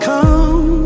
Come